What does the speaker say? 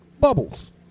bubbles